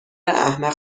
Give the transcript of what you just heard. احمق